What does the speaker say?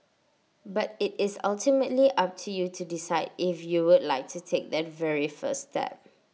but IT is ultimately up to you to decide if you would like to take that very first step